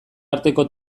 arteko